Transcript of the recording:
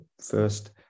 first